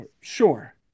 sure